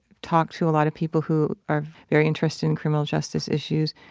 talked to a lot of people who are very interested in criminal justice issues.